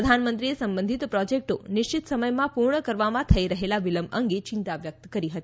પ્રધાનમંત્રીએ સંબંધિત પ્રોજેક્ટો નિશ્ચિત સમયમાં પૂર્ણ કરવામાં થઈ રહેલા વિલંબ અંગે ચિંતા વ્યક્ત કરી હતી